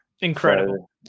incredible